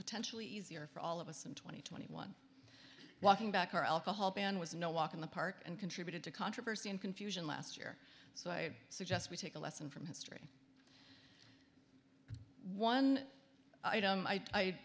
potentially easier for all of us and twenty twenty one walking back our alcohol ban was no walk in the park and contributed to controversy and confusion last year so i suggest we take a lesson from his one